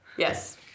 Yes